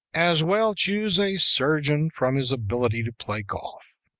as well choose a surgeon from his ability to play golf.